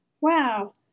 Wow